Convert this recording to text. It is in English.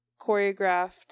choreographed